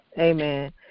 Amen